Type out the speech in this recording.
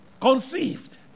Conceived